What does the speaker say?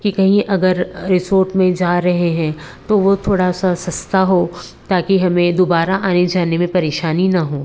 कि कहीं अगर रिसोर्ट में जा रहे हैं तो थोड़ा सा सस्ता हो ताकि हमें दोबारा आने जाने में परेशानी ना हो